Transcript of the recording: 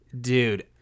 Dude